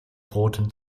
roten